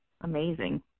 amazing